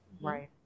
Right